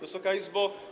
Wysoka Izbo!